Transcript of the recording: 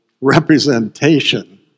representation